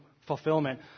fulfillment